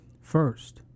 first